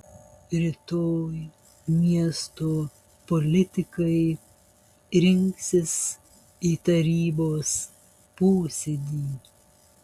rytoj miesto politikai rinksis į tarybos posėdį